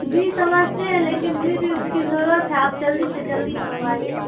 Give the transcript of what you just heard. جی سمجھتے ہیں لیکن پھر بھی اس کی ضرورت ہے آپ جلدی سے جلدی منگوائیے